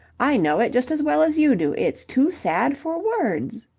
i know it just as well as you do. it's too sad for words.